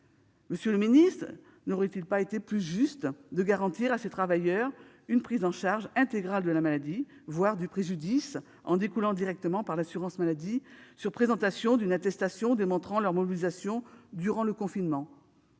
Monsieur le secrétaire d'État, n'aurait-il pas été plus juste de garantir à ces travailleurs une prise en charge intégrale de la maladie, voire du préjudice, directement par l'assurance maladie sur présentation d'une attestation démontrant leur mobilisation durant le confinement ?